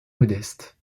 modeste